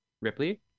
Ripley